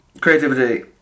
Creativity